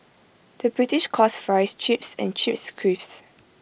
the British calls Fries Chips and Chips Crisps